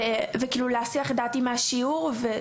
ומסיח את דעתי מהשיעור.